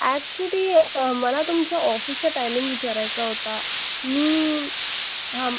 actually मला तुमच्या ऑफिसचा टायमिंग विचारायचा होता मी हा